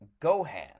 Gohan